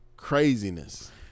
Craziness